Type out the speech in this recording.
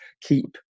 keep